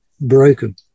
broken